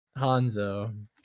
Hanzo